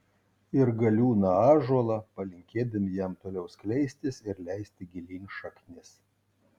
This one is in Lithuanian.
ir galiūną ąžuolą palinkėdami jam toliau skleistis ir leisti gilyn šaknis